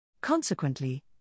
Consequently